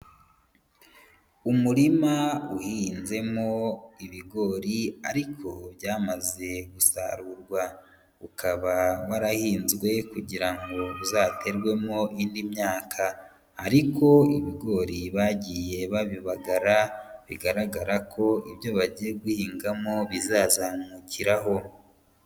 Umurima uhinzemo ibigori ariko byamaze gusarurwa, ukaba warahinzwe kugira ngo uzaterwemo indi myaka ariko ibigori bagiye babibagara, bigaragara ko ibyo bagiye guhingamo bizazamukiraho.